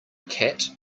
cat